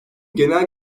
genel